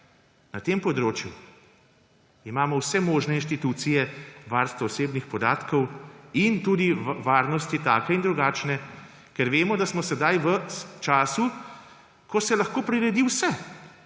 na tem področju, imamo vse možne institucije varstva osebnih podatkov in tudi varnosti take in drugačne, ker vemo, da smo sedaj v času, ko se lahko priredi vse.